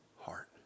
heart